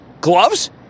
Gloves